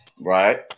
Right